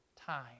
time